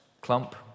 clump